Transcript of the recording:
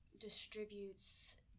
distributes